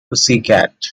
pussycat